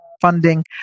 funding